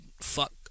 fuck